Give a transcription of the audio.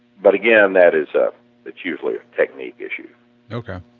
but again that is a tubular technique issue okay.